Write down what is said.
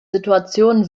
situation